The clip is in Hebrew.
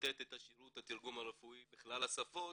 לתת את שירות התרגום הרפואי בכלל השפות,